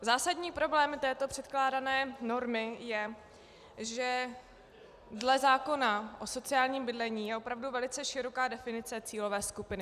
Zásadní problém této předkládané normy je, že dle zákona o sociálním bydlení je opravdu velice široká definice cílové skupiny.